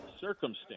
circumstance